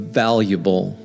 valuable